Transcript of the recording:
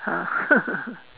!huh!